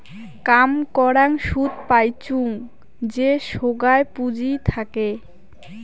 কাম করাং সুদ পাইচুঙ যে সোগায় পুঁজি থাকে